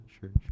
sure